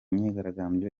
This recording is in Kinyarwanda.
myigaragambyo